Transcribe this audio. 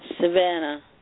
Savannah